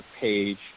page